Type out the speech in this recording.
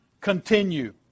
continue